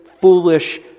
foolish